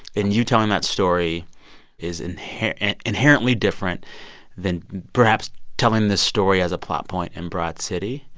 and you telling that story is inherently inherently different than, perhaps, telling this story as a plot point in broad city.